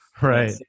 right